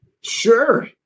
Sure